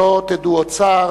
שלא תדעו עוד צער,